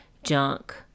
Junk